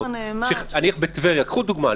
קחו דוגמה,